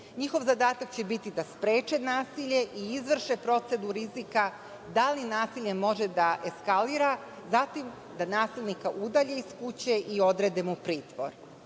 NJihov zadatak će biti da spreče nasilje i izvrše procenu rizika - da li nasilje može da eskalira, zatim, da nasilnika udalji iz kuće i odrede mu pritvor. Moje